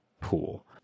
pool